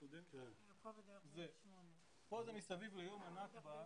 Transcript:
זה מסביב ליום הנכבה.